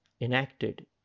enacted